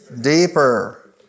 Deeper